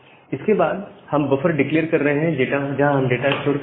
इसके बाद हम बफर डिक्लेअर कर रहे हैं जहां हम डाटा स्टोर करेंगे